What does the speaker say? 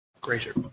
Greater